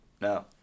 No